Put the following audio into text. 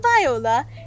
Viola